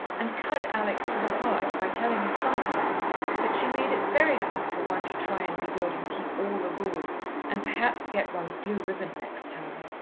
and cut alex to the heart by telling her sometimes that she made it very hard for one to try and be good and keep all the rules and perhaps get one's blue ribbon next term.